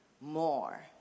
more